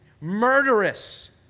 murderous